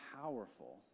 powerful